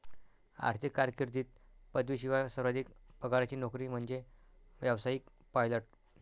आर्थिक कारकीर्दीत पदवीशिवाय सर्वाधिक पगाराची नोकरी म्हणजे व्यावसायिक पायलट